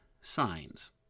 signs